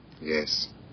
Yes